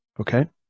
okay